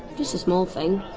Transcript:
just a small thing.